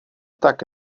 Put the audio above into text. tak